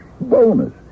Bonus